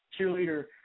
Cheerleader